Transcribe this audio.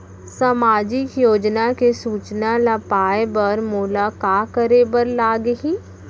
सामाजिक योजना के सूचना ल पाए बर मोला का करे बर लागही?